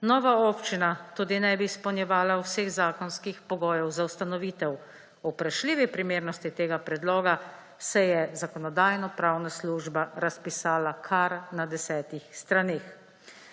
Nova občina tudi ne bi izpolnjevala vseh zakonskih pogojev za ustanovitev; o vprašljivi primernosti tega predloga se je Zakonodajno-pravna služba razpisala kar na desetih straneh.